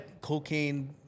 cocaine